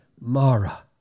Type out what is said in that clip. Mara